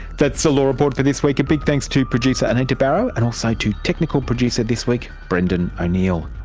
that's the law report for this week, a big thanks to producer anita barraud and also to technical producer this week brendan o'neill.